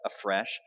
afresh